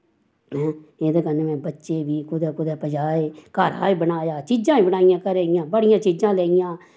हैं एह्दे कन्नै में बच्चे बी कुदै कुदै पजाए घर बी बनाया चीजां बी बनाइयां घरे दियां बड़ियां चीजां लेइयां